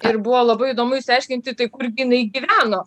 ir buvo labai įdomu išsiaiškinti tai kurgi jinai gyveno